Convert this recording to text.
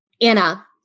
Anna